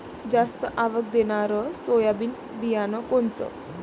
जास्त आवक देणनरं सोयाबीन बियानं कोनचं?